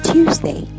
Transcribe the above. Tuesday